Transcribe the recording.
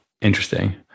Interesting